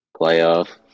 playoff